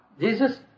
Jesus